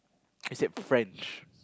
I said French